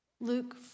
Luke